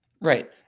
Right